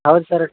ಹೌದು ಸರ್